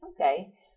Okay